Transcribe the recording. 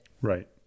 Right